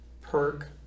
perk